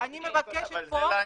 אנחנו --- אבל זה להעניש.